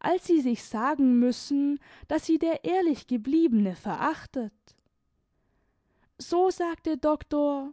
als sie sich sagen müssen daß sie der ehrlichgebliebene verachtet so sagte doktor